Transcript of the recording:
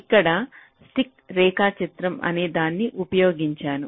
ఇక్కడ స్టిక్ రేఖాచిత్రం అనేదాన్ని ఉపయోగించాను